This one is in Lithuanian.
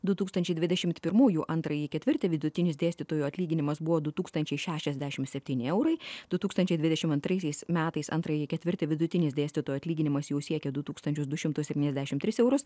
du tūkstančiai dvidešimt pirmųjų antrąjį ketvirtį vidutinis dėstytojų atlyginimas buvo du tūkstančiai šešiasdešim septyni eurai du tūkstančiai dvidešim antraisiais metais antrąjį ketvirtį vidutinis dėstytojo atlyginimas jau siekė du tūkstančius du šimtus septyniasdešim tris eurus